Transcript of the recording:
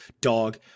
dog